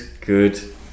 good